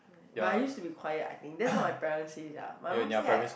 um but I used to be quiet I think that's what my parent say sia my mum say I